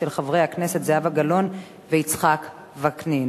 של חברי הכנסת זהבה גלאון ויצחק וקנין.